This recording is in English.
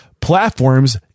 platforms